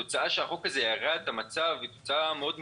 התוצאה שהחוק הזה ירע את המצב היא תוצאה מאוד בעייתית.